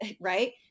right